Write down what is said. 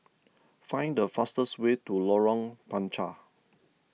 find the fastest way to Lorong Panchar